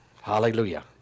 Hallelujah